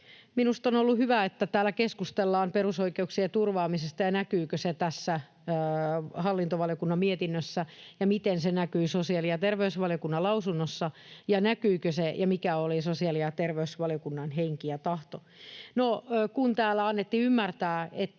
Minusta on ollut hyvä, että täällä keskustellaan perusoikeuksien turvaamisesta ja siitä, näkyykö se tässä hallintovaliokunnan mietinnössä ja miten se näkyy sosiaali- ja terveysvaliokunnan lausunnossa ja mikä oli sosiaali- ja terveysvaliokunnan henki ja tahto. No, kun täällä annettiin ymmärtää, että